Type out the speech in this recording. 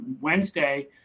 Wednesday